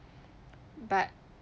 but